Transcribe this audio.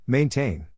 Maintain